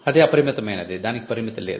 అది అపరిమితమైనది దానికి పరిమితి లేదు